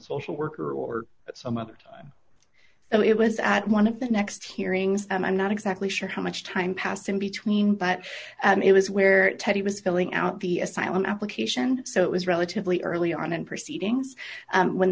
social worker or some other time it was at one of the next hearings and i'm not exactly sure how much time passed in between but it was where teddy was filling out the asylum application so it was relatively early on in proceedings and when